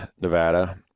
nevada